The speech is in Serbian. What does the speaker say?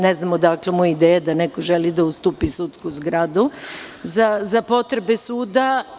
Ne znam odakle mu ideja da neko želi da ustupi sudsku zgradu za potrebe suda.